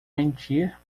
mentir